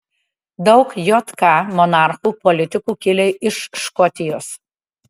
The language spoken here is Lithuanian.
daug jk monarchų politikų kilę iš škotijos